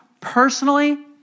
personally